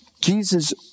Jesus